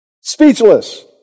Speechless